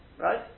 right